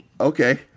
Okay